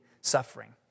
suffering